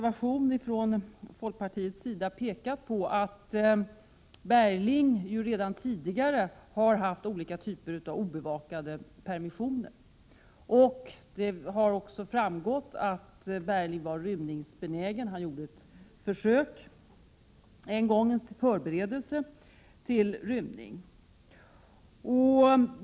Vi från folkpartiet har i en reservation pekat på att Bergling ju redan tidigare hade haft olika typer av obevakade permissioner. Det har också framgått att Bergling var rymningsbenägen. Han gjorde ett försök en gång, en förberedelse för rymning.